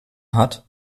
hat